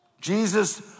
Jesus